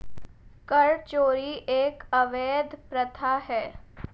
कर चोरी एक अवैध प्रथा है